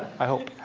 i hope.